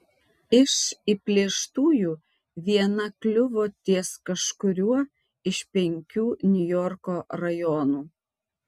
iš įplėštųjų viena kliuvo ties kažkuriuo iš penkių niujorko rajonų